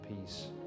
peace